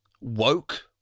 woke